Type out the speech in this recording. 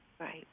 Right